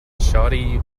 shawty